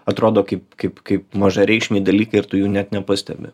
atrodo kaip kaip kaip mažareikšmiai dalykai ir tu jų net nepastebi